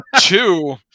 Two